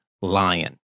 Lion